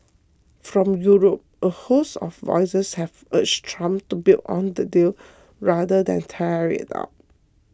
from Europe a host of voices have urged Trump to build on the deal rather than tear it up